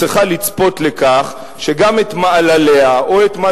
היא צריכה לצפות לכך שגם את מעלליה או את מה